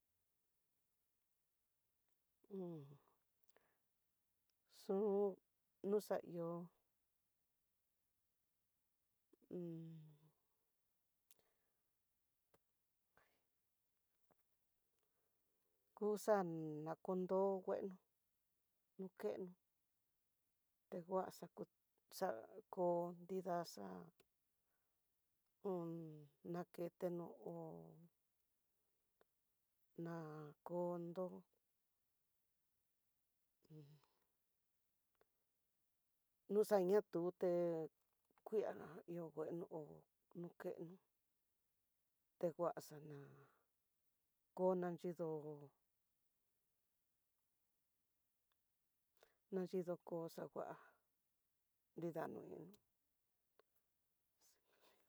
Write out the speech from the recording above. xu noaxaihó kuxan nakondo ngueno, tenguaxa kuxa kó nridaxa un naketeno hó nakondo un noxaña tu té kuiá ihó nguano ho nokeno tenguaxana konanyido nayido koxa ngua nridanoino.